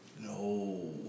No